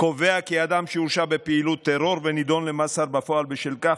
קובע כי אדם שהורשע בפעילות טרור ונידון למאסר בפועל בשל כך,